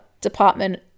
department